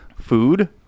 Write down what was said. Food